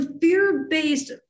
fear-based